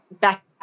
back